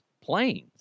planes